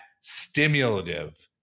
stimulative